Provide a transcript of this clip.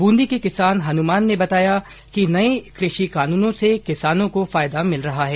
बूंदी के किसान हनुमान ने बताया कि नए कृषि कानूनों से किसानों को फायदा मिल रहा है